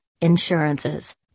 insurances